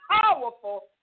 powerful